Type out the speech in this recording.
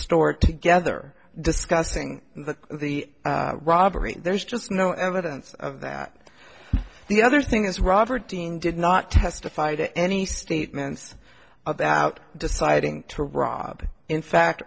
store together discussing the the robbery there's just no evidence of that the other thing is robert dean did not testify to any statements about deciding to rob in fact